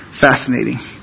fascinating